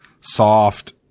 soft